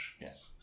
Yes